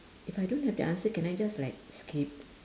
if I don't have the answer can I just like skip